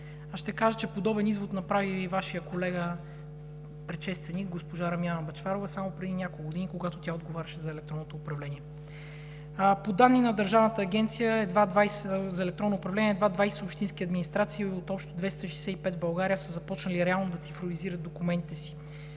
ще кажа, че подобен извод направи и Вашият колега предшественик – госпожа Румяна Бъчварова, само преди няколко години, когато тя отговаряше за електронното управление. По данни на Държавната агенция за електронно управление едва 20 общински администрации от общо 265 в България са започнали реално да цифровизират документите си.